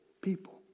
people